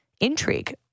intrigue